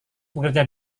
bekerja